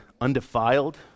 undefiled